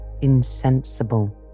insensible